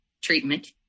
treatment